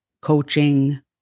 Coaching